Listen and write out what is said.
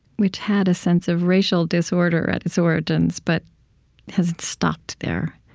which had a sense of racial disorder at its origins, but hasn't stopped there.